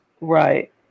Right